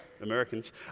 Americans